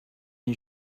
you